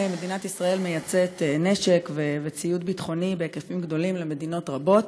מדינת ישראל מייצאת נשק וציוד ביטחוני בהיקפים גדולים למדינות רבות,